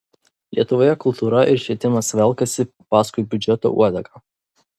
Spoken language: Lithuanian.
lietuvoje kultūra ir švietimas velkasi paskui biudžeto uodegą